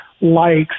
Likes